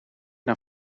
dan